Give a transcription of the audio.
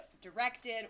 directed